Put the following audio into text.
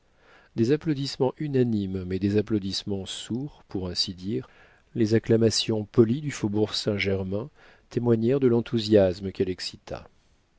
des applaudissements unanimes mais des applaudissements sourds pour ainsi dire les acclamations polies du faubourg saint-germain témoignèrent de l'enthousiasme qu'elle excita